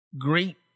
great